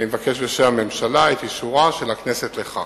אני מבקש בשם הממשלה את אישור הכנסת לכך.